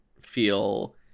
feel